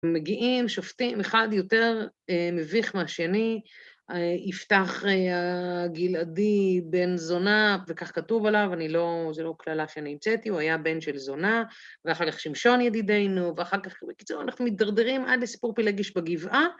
‫מגיעים שופטים, אחד יותר מביך מהשני, ‫יפתח הגלעדי בן זונה, ‫וכך כתוב עליו, זה לא קללה שאני המצאתי, ‫הוא היה בן של זונה, ‫ואחר כך שמשון ידידנו, ואחר כך... ‫בקיצור, אנחנו מתדרדרים ‫עד לסיפור פילגש בגבעה.